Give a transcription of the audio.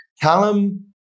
Callum